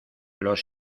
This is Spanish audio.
los